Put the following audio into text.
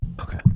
Okay